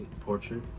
portrait